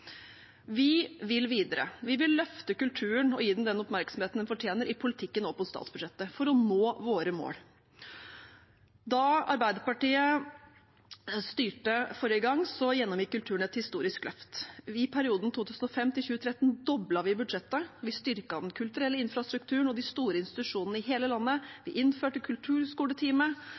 Vi vil videre. Vi vil løfte kulturen og gi den den oppmerksomheten den fortjener, i politikken og på statsbudsjettet, for å nå våre mål. Da Arbeiderpartiet styrte forrige gang, gjennomgikk kulturen et historisk løft. I perioden 2005–2013 doblet vi budsjettet. Vi styrket den kulturelle infrastrukturen og de store institusjonene i hele landet. Vi innførte kulturskoletime